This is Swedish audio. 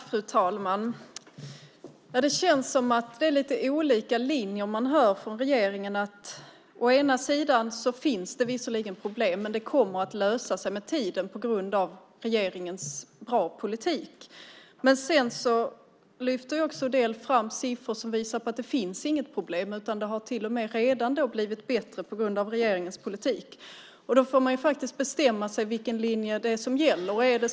Fru talman! Det känns som om man hör lite olika linjer från regeringen. Man säger att det visserligen finns problem men att de kommer att lösa sig med tiden på grund av regeringens goda politik. En del lyfter till och med fram siffror som visar på att det inte finns något problem och att det redan har blivit bättre på grund av regeringens politik. Man får faktiskt bestämma vilken linje det är som gäller.